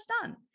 done